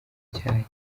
cyayi